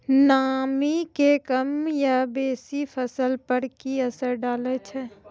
नामी के कम या बेसी फसल पर की असर डाले छै?